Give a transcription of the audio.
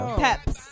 Peps